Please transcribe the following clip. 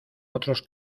otros